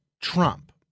Trump